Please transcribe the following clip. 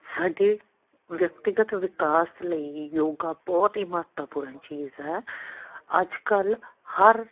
ਸਾਡੇ ਵਿਅਕਤੀਗਤ ਵਿਕਾਸ ਲਈ ਯੋਗਾ ਬਹੁਤ ਹੀ ਮਹੱਤਵਪੂਰਨ ਚੀਜ਼ ਹੈ ਅੱਜ ਕੱਲ੍ਹ ਹਰ